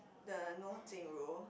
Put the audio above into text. the know Jing-Ru